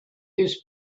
his